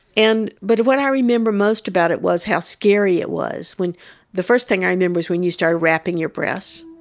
and but what i remember most about it was how scary it was, when the first thing i remember was when you start wrapping your breasts.